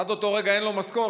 עד אותו רגע אין לו משכורת.